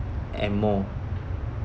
and more